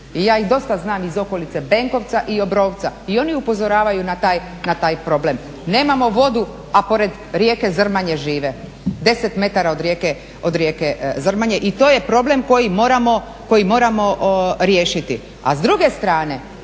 ja ih dosta znam iz okolice Benkovca i Obrovca i oni upozoravaju na taj problem. nemamo vodu, a pored rijeke Zrmanje žive, 10 metara od rijeke Zrmanje i to je problem koji moramo riješiti. A s druge strane